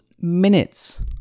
minutes